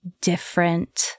different